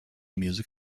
music